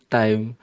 time